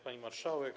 Pani Marszałek!